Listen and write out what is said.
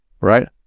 Right